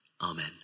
Amen